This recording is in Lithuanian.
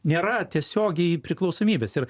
nėra tiesiogiai priklausomybes ir